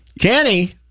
Kenny